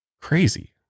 crazy